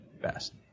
best